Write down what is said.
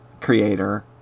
creator